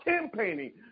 campaigning